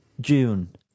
June